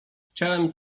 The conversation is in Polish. chciałem